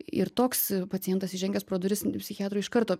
ir toks pacientas įžengęs pro duris psichiatrui iš karto